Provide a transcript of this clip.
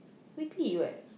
weekly what